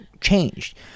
changed